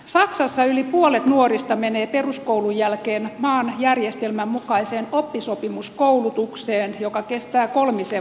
saksassa yli puolet nuorista menee peruskoulun jälkeen maan järjestelmän mukaiseen oppisopimuskoulutukseen joka kestää kolmisen vuotta